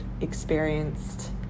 experienced